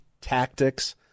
tactics